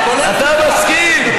אתה מסכים?